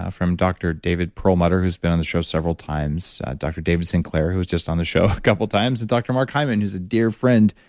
ah from dr. david perlmutter who's been on the show several times, dr. david sinclair, who's just on the show a couple of times, and dr. mark hyman, who's a dear friend,